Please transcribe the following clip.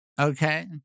Okay